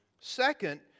Second